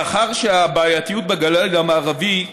מאחר שהבעייתיות בגליל המערבי,